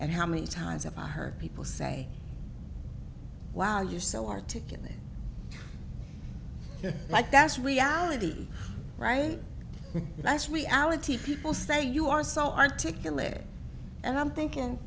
and how many times have i heard people say wow you're so articulate like that's reality right that's reality people say you are so articulate and i'm thinking